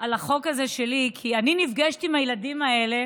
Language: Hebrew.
על החוק הזה שלי, כי אני נפגשת עם הילדים האלה